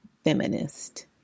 feminist